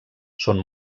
són